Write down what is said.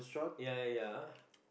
ya ya ya